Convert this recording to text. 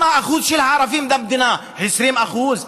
מה שיעור הערבים במדינה, 20%?